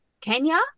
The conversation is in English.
Kenya